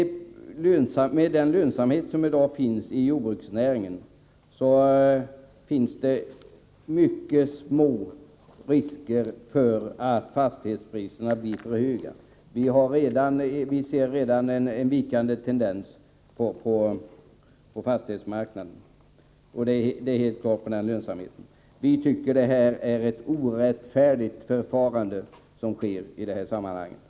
Med den lönsamhet som jordbruksnäringen har i dag är riskerna för att fastighetspriserna skall bli för höga mycket små. Vi ser redan en vikande tendens på fastighetsmarknaden, och det beror självfallet på den dåliga lönsamheten. Vi tycker att det är ett orättfärdigt förfarande som tillämpas i det här sammanhanget.